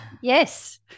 Yes